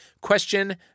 Question